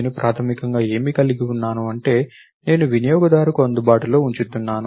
నేను ప్రాథమికంగా ఏమి కలిగి ఉన్నాను అంటే నేను వినియోగదారుకు అందుబాటులో ఉంచుతున్నాను